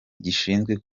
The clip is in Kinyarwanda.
gishinzwe